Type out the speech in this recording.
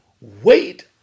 Wait